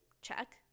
check